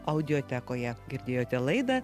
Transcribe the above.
audiotekoje girdėjote laida